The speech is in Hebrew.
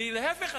ולהיפך,